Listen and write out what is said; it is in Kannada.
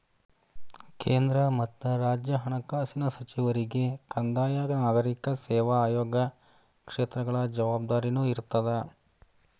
ಕೇಂದ್ರ ಮತ್ತ ರಾಜ್ಯ ಹಣಕಾಸಿನ ಸಚಿವರಿಗೆ ಕಂದಾಯ ನಾಗರಿಕ ಸೇವಾ ಆಯೋಗ ಕ್ಷೇತ್ರಗಳ ಜವಾಬ್ದಾರಿನೂ ಇರ್ತದ